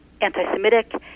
anti-Semitic